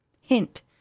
Hint